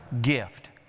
Gift